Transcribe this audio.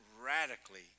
radically